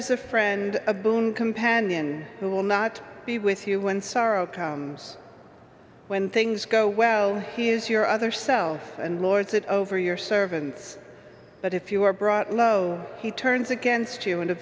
is a friend a boon companion who will not be with you when sorrow comes when things go well he is your other self and lords it over your servants but if you are brought low he turns against you